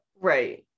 right